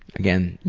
again,